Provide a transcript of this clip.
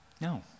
No